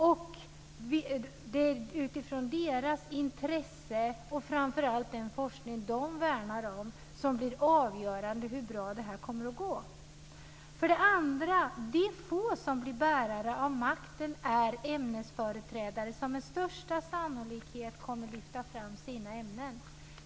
Det är deras intresse, framför allt för den forskning som de värnar om, som blir avgörande för hur bra det kommer att gå. För det andra: De få som blir bärare av makten är ämnesföreträdare, som med största sannolikhet kommer att lyfta fram sina ämnen.